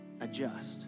Adjust